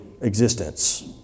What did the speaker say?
existence